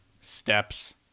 steps